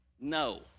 No